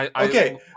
Okay